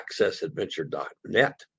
accessadventure.net